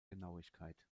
genauigkeit